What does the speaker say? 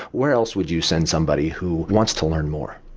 where else would you send somebody who wants to learn more?